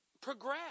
progress